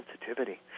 sensitivity